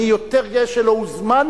אני יותר גאה שלא הוזמנתי.